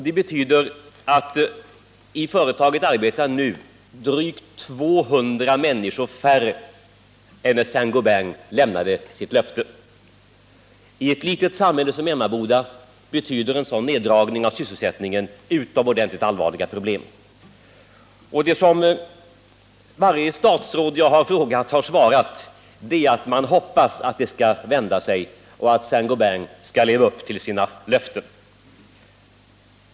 Det betyder att i företaget arbetar nu drygt 200 färre personer än när S:t Gobain lämnade sitt löfte. I ett litet samhälle som Emmaboda betyder en sådan neddragning av sysselsättningen utomordentligt allvarliga problem. Varje statsråd jag har frågat har svarat att man hoppas att det skall vända sig och att S:t Gobain skall leva upp till sina löften.